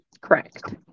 Correct